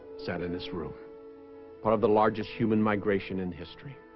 sat in this room one of the largest human migration in history